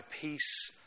peace